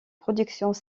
productions